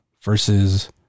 versus